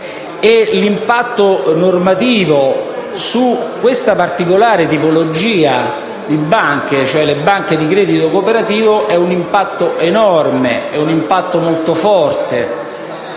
L'impatto normativo su questa particolare tipologia di banche, cioè le banche di credito cooperativo, è stato enorme e molto forte.